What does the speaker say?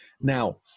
Now